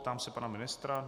Ptám se pana ministra.